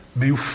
meio